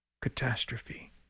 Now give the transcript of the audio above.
catastrophe